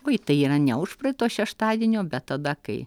vai tai yra ne užpraeito šeštadienio bet tada kai